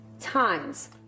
times